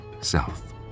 south